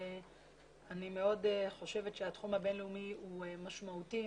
אני חושבת שהתחום הבין-לאומי הוא משמעותי.